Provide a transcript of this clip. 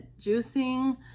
juicing